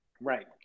Right